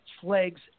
flags